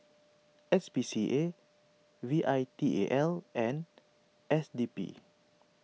S P C A V I T A L and S D P